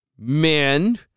men